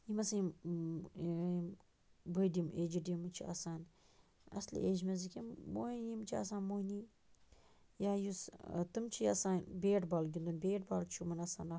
یِم ہسا یِم یِم بٔڑۍ یِم ایجِڈ یِم چھِ آسان اَصلی ایج منٛزٕکۍ یِم موہی یِم چھِ آسان موہنی یا یُس تِم چھی آسان بیٹ بال گِنٛدَن بیٹ بال چھُ یِمَن آسان اَکھ